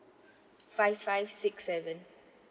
five five six seven